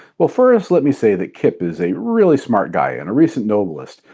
well first, let me say that kip is a really smart guy and a recent nobelist,